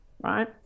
right